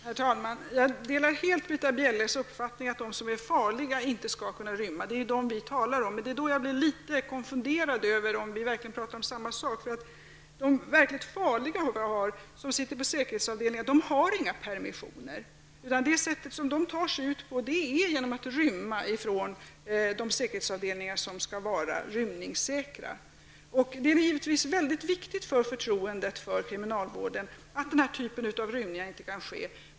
Herr talman! Jag delar helt Britta Bjelles uppfattning att de som är farliga inte skall kunna rymma. Det är dem vi talar om, men jag blir litet konfunderad över om vi talar om samma sak. De verkligt farliga brottslingarna, som sitter på säkerhetsavdelningar, har inga permissioner. De tar sig ut genom att rymma från de säkerhetsavdelningar som skall vara rymningssäkra. Det är givetvis väldigt viktigt för förtroendet för kriminalvården att denna typ av rymningar inte kan ske.